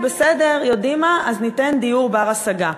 אז ניתן דיור בר-השגה.